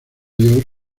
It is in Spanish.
york